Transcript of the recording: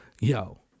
yo